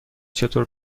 چطور